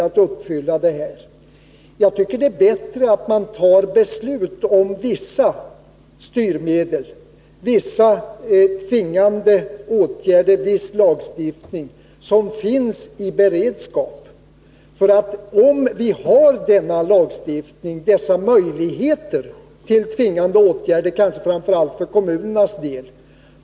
Jag tycker att det är bättre att ta beslut om vissa styrmedel — viss lagstiftning som finns i beredskap — så att man har möjligheter till tvingande åtgärder, kanske framför allt för kommunernas del.